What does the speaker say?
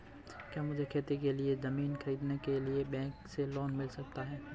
क्या मुझे खेती के लिए ज़मीन खरीदने के लिए बैंक से लोन मिल सकता है?